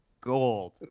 Gold